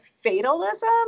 fatalism